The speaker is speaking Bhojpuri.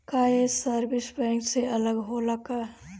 का ये सर्विस बैंक से अलग होला का?